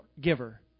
giver